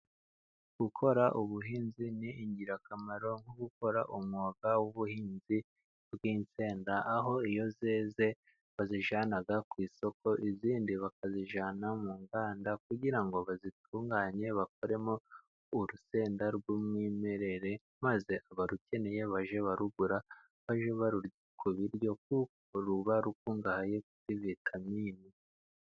Gukora ubuhinzi ni ingirakamaro nko gukora umwuga w'ubuhinzi bw'insenda, aho iyo zeze bazijyana ku isoko, izindi bakazijyana mu nganda kugira ngo bazitunganye, bakoremo urusenda rw'umwimerere, maze abarukeneye bajye barugura bajye barurya ku biryo, kuko ruba rukungahaye kuri vitamini.